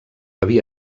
havia